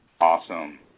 Awesome